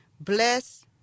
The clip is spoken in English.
Bless